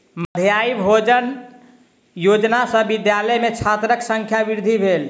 मध्याह्न भोजन योजना सॅ विद्यालय में छात्रक संख्या वृद्धि भेल